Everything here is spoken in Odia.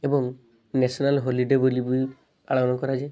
ଏବଂ ନ୍ୟାସନାଲ୍ ହଲିଡ଼େ ବୋଲି ବି ପାଳନ କରାଯାଏ